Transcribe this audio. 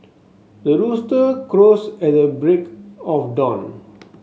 the rooster crows at the break of dawn